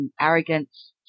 arrogance